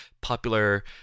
popular